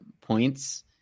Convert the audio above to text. points